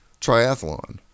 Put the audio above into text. Triathlon